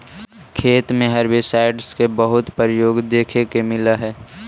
खेत में हर्बिसाइडस के बहुत प्रयोग देखे के मिलऽ हई